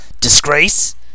Disgrace